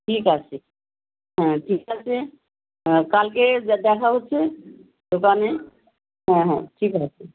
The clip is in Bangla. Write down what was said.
ঠিক আছে হ্যাঁ ঠিক আছে হ্যাঁ কালকে দেখা হচ্ছে দোকানে হ্যাঁ হ্যাঁ ঠিক আছে